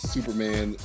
Superman